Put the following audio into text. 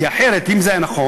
כי אחרת, אם זה היה נכון,